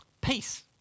Peace